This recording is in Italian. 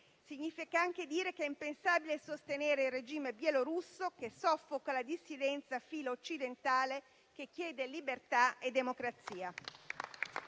significa anche dire che è impensabile sostenere il regime bielorusso, che soffoca la dissidenza filo-occidentale, che chiede libertà e democrazia.